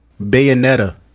Bayonetta